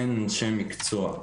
אין אנשי מקצוע.